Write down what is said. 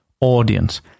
audience